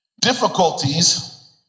Difficulties